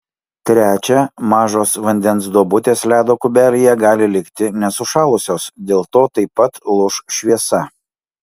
trečia mažos vandens duobutės ledo kubelyje gali likti nesušalusios dėl to taip pat lūš šviesa